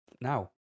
now